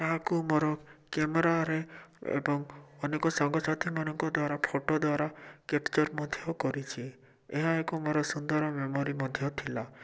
ତାହାକୁ ମୋର କ୍ୟାମେରାରେ ଏବଂ ଅନେକ ସାଙ୍ଗ ସାଥିମାନଙ୍କ ଦ୍ଵାରା ଫୋଟୋ ଦ୍ଵାରା କେପ୍ଚର୍ ମଧ୍ୟ କରିଛି ଏହା ଏକ ମୋର ସୁନ୍ଦର ମେମୋରୀ ମଧ୍ୟ ଥିଲା